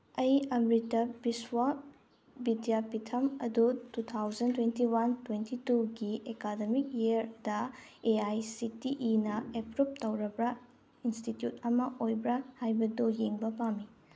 ꯑꯩ ꯑꯝꯔꯤꯠꯇ ꯕꯤꯁꯋꯥ ꯕꯤꯗ꯭ꯌꯥꯄꯤꯊꯝ ꯑꯗꯨ two thousand twenty one twenty ꯇꯨꯒꯤ ꯑꯦꯀꯥꯗꯃꯤꯛ ꯌꯤꯔꯗ ꯑꯦ ꯑꯥꯏ ꯁꯤ ꯇꯤ ꯏꯅ ꯑꯦꯄ꯭ꯔꯨꯕ ꯇꯧꯔꯕ ꯏꯟꯁꯇꯤꯇ꯭ꯌꯨꯠ ꯑꯃ ꯑꯣꯏꯕ꯭ꯔꯥ ꯍꯥꯏꯕꯗꯨ ꯌꯦꯡꯕ ꯄꯥꯝꯃꯤ